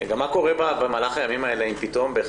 מה קורה במהלך הימים האלה אם פתאום אחד